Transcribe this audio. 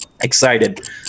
excited